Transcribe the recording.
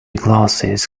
glasses